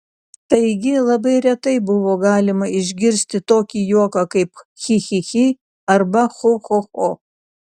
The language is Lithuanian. taigi labai retai buvo galima išgirsti tokį juoką kaip chi chi chi arba cho cho cho